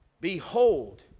Behold